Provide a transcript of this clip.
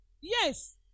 Yes